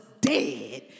dead